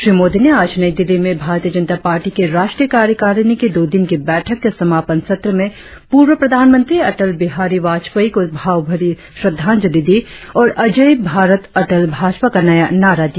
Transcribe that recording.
श्री मोदी ने आज नई दिल्ली में भारतीय जनता पार्टी की राष्ट्रीय कार्यकारिणी की दो दिन की बैठक के समापन सत्र में पूर्व प्रधानमंत्री अटल बिहारी वाजपेयी को भावभरी श्रद्धांजलि दी और अजेय भारत अटल भाजपा का नया नारा दिया